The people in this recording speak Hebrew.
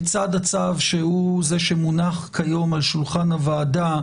בצד הצו שהוא זה שמונח כיום על שולחן הוועדה,